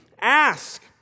Ask